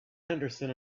henderson